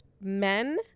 men